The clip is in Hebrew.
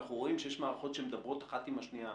אנחנו רואים שיש מערכות שמדברות אחת עם השנייה.